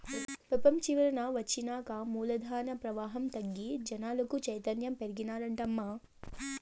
పెపంచీకరన ఒచ్చినాక మూలధన ప్రవాహం తగ్గి జనాలకు చైతన్యం పెరిగినాదటమ్మా